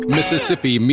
Mississippi